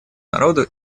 народу